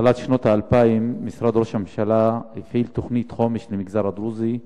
בתחילת שנות האלפיים משרד ראש הממשלה הפעיל תוכנית חומש למגזר הדרוזי,